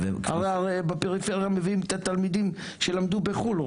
הרי בפריפריה מביאים את התלמידים שלמדו בחו"ל,